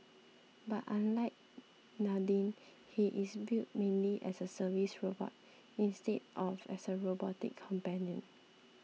but unlike Nadine he is built mainly as a service robot instead of as a robotic companion